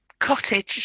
cottage